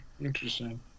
interesting